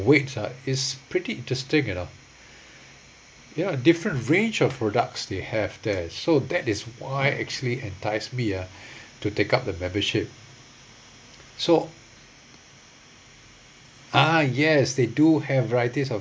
weights ah is pretty interesting you know ya different range of products they have there so that is why actually entice me ah to take up the membership so ah yes they do have varieties of